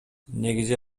негизги